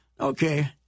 okay